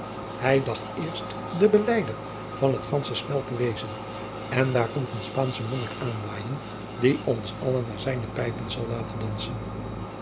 hij dacht eerst de beleider van t gandsche spel te wezen en daar komt een spaansche monnik aanwaaien die ons alle naar zijne pijpen zal laten danssen